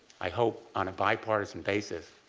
i hope on a bipartisan basis